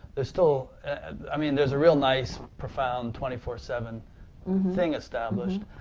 ah so and i mean there's a real nice, profound, twenty four seven thing established,